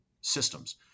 systems